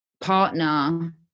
partner